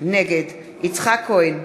נגד יצחק כהן,